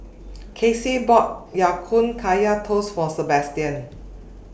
Kelsea bought Ya Kun Kaya Toast For Sebastian